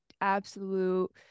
absolute